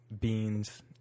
beans